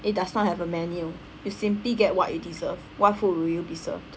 it does not have a menu you simply get what you deserve what food will you be served